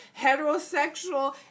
heterosexual